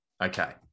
Okay